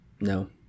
no